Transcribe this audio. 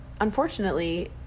unfortunately